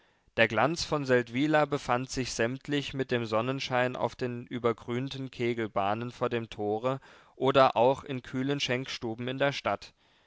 der glanz von seldwyla befand sich sämtlich mit dem sonnenschein auf den übergrünten kegelbahnen vor dem tore oder auch in kühlen schenkstuben in der stadt